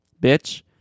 bitch